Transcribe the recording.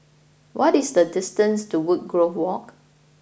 what is the distance to Woodgrove Walk